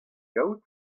gaout